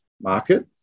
market